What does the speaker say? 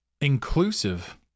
inclusive